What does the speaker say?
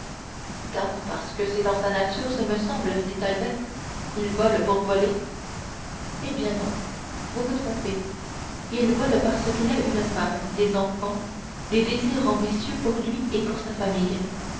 dame parce que c'est dans sa nature ce me semble dit albert il vole pour voler eh bien non vous vous trompez il vole parce qu'il a une femme des enfants des désirs ambitieux pour lui et pour sa famille